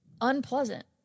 unpleasant